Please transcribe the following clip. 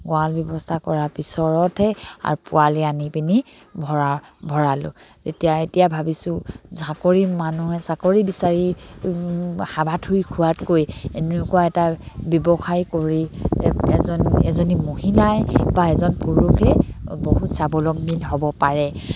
গঁৰাল ব্যৱস্থা কৰাৰ পিছৰতহে আৰু পোৱালি আনি পিনি ভঁৰালোঁ তেতিয়া এতিয়া ভাবিছোঁ চাকৰি মানুহে চাকৰি বিচাৰি হাবাথুৰি খোৱাতকৈ এনেকুৱা এটা ব্যৱসায় কৰি এজন এজনী মহিলাই বা এজন পুৰুষে বহুত স্বাৱলম্বী হ'ব পাৰে